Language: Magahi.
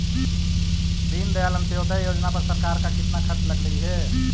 दीनदयाल अंत्योदय योजना पर सरकार का कितना खर्चा लगलई हे